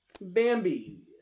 Bambi